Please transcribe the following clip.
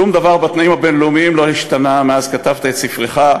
שום דבר בתנאים הבין-לאומיים לא השתנה מאז כתבת את ספרך,